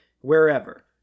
wherever